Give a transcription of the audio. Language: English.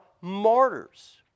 martyrs